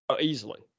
Easily